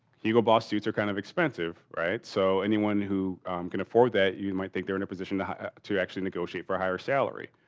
hugo boss suits are kind of expensive, right? so, anyone who can afford that, you might think, they're in a position to to actually negotiate for a higher salary.